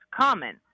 common